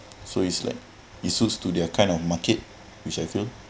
so it's like it suits to their kind of market which I feel